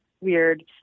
weird